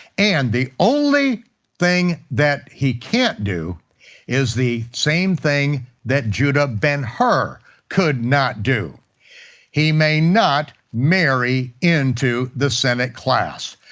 and the only thing that he can't do is the same thing that judah ben-hur could not do he may not marry into the senate class,